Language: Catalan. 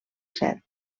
set